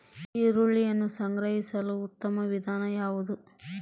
ಈರುಳ್ಳಿಯನ್ನು ಸಂಗ್ರಹಿಸಲು ಉತ್ತಮ ವಿಧಾನ ಯಾವುದು?